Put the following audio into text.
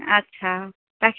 আচ্ছা রাখি